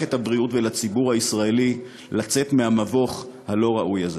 למערכת הבריאות ולציבור הישראלי לצאת מהמבוך הלא-ראוי הזה.